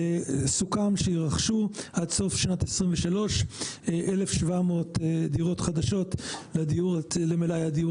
סוכם שיירכשו עד סוף שנת 2023 1,700 דירות חדשות למלאי הדיור